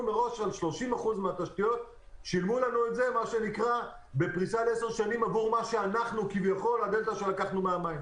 מראש על 30% מהתשתיות בפריסה לעשר שנים עבור מס מהנתח שלקחנו מהמים.